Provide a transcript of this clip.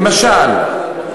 למשל: